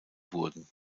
wurden